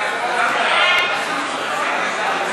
סעיף 1